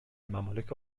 ممالک